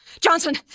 Johnson